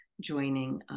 joining